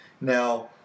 Now